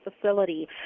Facility